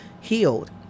healed